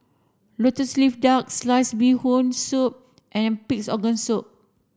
lotus leaf duck sliced fish bee hoon soup and pig's organ soup